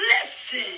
listen